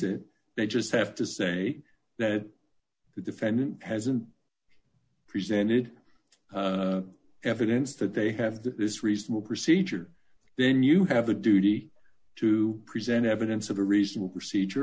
it they just have to say that the defendant hasn't presented evidence that they have to this reasonable procedure then you have a duty to present evidence of a reasoned procedure